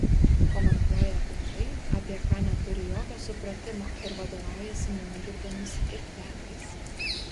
komentuoja apie tai apie ką neturi jokio supratimo ir vadovaujasi nuogirdomis ir pletkais